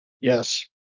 Yes